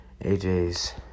AJ's